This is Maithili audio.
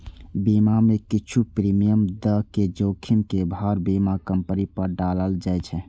बीमा मे किछु प्रीमियम दए के जोखिम के भार बीमा कंपनी पर डालल जाए छै